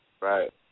right